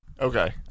okay